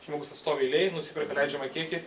žmogus atstovi eilėj nusiperka leidžiamą kiekį